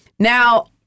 Now